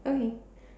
okay